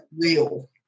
real